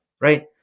right